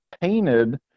painted